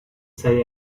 say